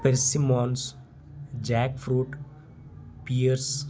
persimmons jack fruit pears